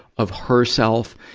of herself.